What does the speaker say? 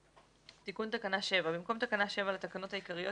תיקון תקנה 7 במקום תקנה 7 לתקנות העיקריות,